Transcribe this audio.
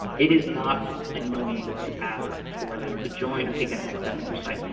it is not annoying to ask for them to join or take that next step on your site.